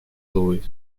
louis